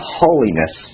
holiness